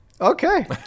Okay